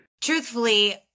Truthfully